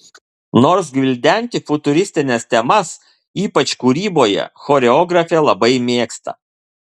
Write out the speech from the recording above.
nors gvildenti futuristines temas ypač kūryboje choreografė labai mėgsta